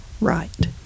right